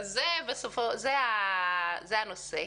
זה הנושא.